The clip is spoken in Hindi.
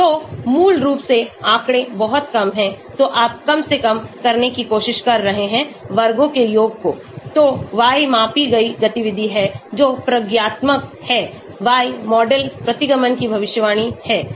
तो मूल रूप से आंकड़े बहुत कम हैं तो आप कम से कम करने की कोशिश कर रहे हैं वर्गों के योग को तो y मापी गई गतिविधि है जो प्रयोगात्मक है y मॉडल प्रतिगमन की भविष्यवाणी है